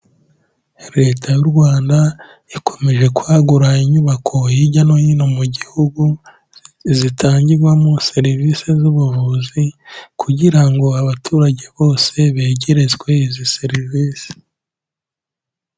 Leta y'u Rwanda ikomeje kwagura inyubako hirya no hino mu gihugu zitangirwamo serivisi z'ubuvuzi kugira ngo abaturage bose begerezwe izo serivisi.